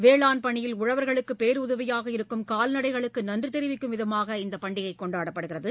வேளாண் பணியில் உழவர்களுக்குபேருதவியாக இருக்கும் கால்நடைகளுக்குநன்றிதெரிவிக்கும் விதமாக இந்தபண்டிகைகொண்டாடப்படுகிறது